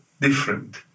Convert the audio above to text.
different